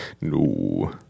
No